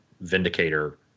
Vindicator